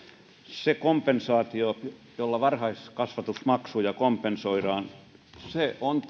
se kompensaatio jolla varhaiskasvatusmaksuja kompensoidaan on